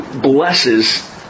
blesses